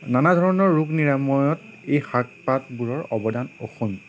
নানা ধৰণৰ ৰোগ নিৰাময়ত এই শাক পাতবোৰৰ অৱদান অসীম